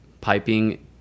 piping